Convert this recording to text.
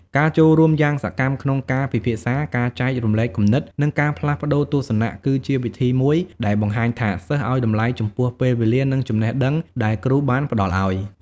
ការចូលរួមយ៉ាងសកម្មក្នុងការពិភាក្សា ការចែករំលែកគំនិត និងការផ្លាស់ប្តូរទស្សនៈ គឺជាវិធីមួយដែលបង្ហាញថា សិស្សឱ្យតម្លៃចំពោះពេលវេលា និងចំណេះដឹងដែលគ្រូបានផ្តល់ឱ្យ។